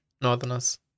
Northerners